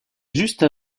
juste